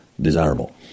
desirable